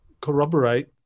corroborate